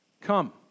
Come